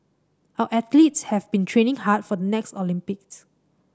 our athletes have been training hard for the next Olympics